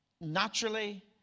naturally